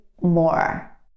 more